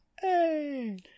Hey